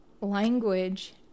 language